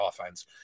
offense